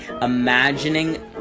imagining